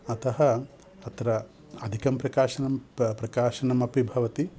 अतः तत्र अधिकं प्रकाशनं प प्रकाशनमपि भवति